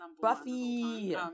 Buffy